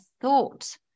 thought